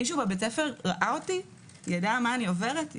מישהו בבית הספר ראה אותי, ידע מה אני עוברת?